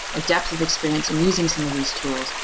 or depth of experience in using some of these tools,